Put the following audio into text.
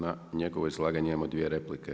Na njegovo izlaganje imamo dvije replike.